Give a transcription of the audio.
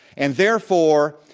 and therefore,